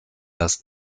das